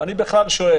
אני בכלל שואל